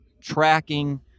tracking